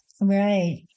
Right